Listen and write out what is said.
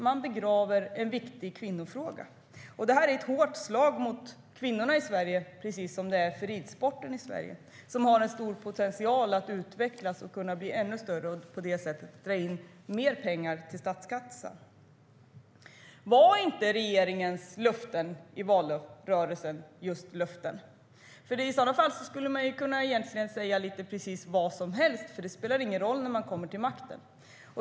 Man begraver en viktig kvinnofråga. Detta är ett hårt slag mot kvinnorna i Sverige, precis som det är för ridsporten i Sverige, som har en stor potential att utvecklas och kunna bli ännu större och på det sättet dra in mer pengar till statskassan. Var inte regeringens löften i valrörelsen just löften? Annars skulle man egentligen kunna säga precis vad som helst, för det spelar ingen roll när man kommer till makten.